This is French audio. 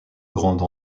grande